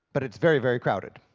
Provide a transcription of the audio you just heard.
but it's very very crowded.